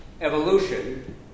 evolution